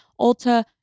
Ulta